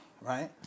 right